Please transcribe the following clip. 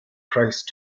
christ